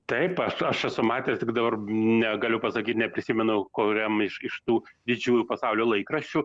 taip aš aš esu matęs tik dabar negaliu pasakyt neprisimenu kuriam iš iš tų didžiųjų pasaulio laikraščių